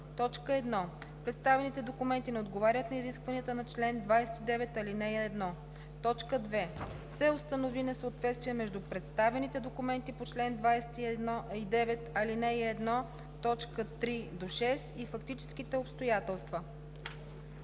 когато: 1. представените документи не отговарят на изискванията на чл. 29, ал. 1; 2. се установи несъответствие между представените документи по чл. 29, ал. 1, т. 3 – 6 и фактическите обстоятелства.“